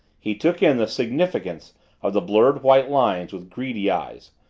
he took in the significance of the blurred white lines with greedy eyes,